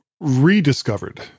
rediscovered